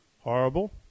horrible